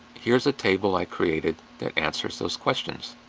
here's a table i created that answers those questions.